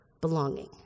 belonging